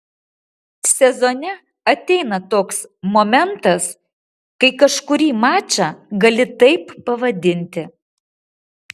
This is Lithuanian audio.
sezone ateina toks momentas kai kažkurį mačą gali taip pavadinti